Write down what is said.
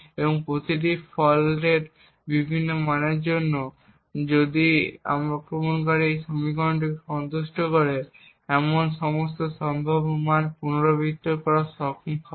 এবং প্রতিটি ফল্টের বিভিন্ন মানের জন্য যদি আক্রমণকারী এই সমীকরণকে সন্তুষ্ট করে এমন সমস্ত সম্ভাব্য মান পুনরাবৃত্তি করতে সক্ষম হবে